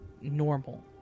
normal